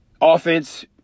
offense